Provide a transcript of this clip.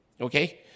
Okay